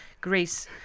Greece